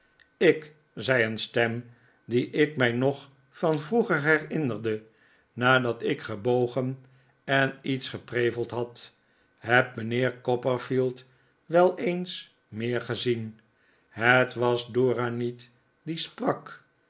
k zei een stem die ik mij nog van vroeger herinnerde nadat ik gebogen en iets gepreveld had heb mijnheer copperfield wel eens meer gezien het was dora niet die sprak